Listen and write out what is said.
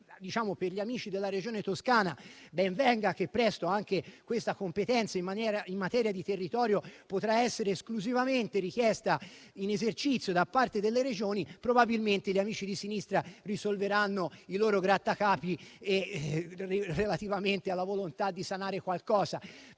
Per gli amici della Regione Toscana, ben venga che presto anche questa competenza in maniera di territorio potrà essere esclusivamente richiesta in esercizio da parte delle Regioni; probabilmente, gli amici di sinistra risolveranno i loro grattacapi relativamente alla volontà di sanare qualcosa.